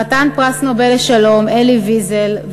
חתן פרס נובל לשלום אלי ויזל,